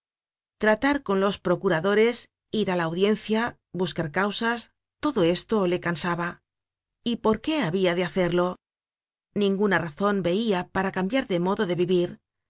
tratar con los procuradores ir á la audiencia buscar causas todo esto le cansaba y por qué habia de hacerlo ninguna razon veia para cambiar de modo de vivir